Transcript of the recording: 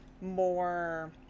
more